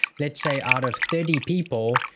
let's say out of thirty people,